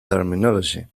terminology